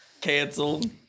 canceled